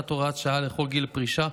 הצעת חוק גיל פרישה